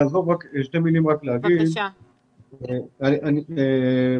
אגיד שתי מילים לפני שאני עוזב.